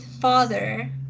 father